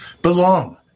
Belong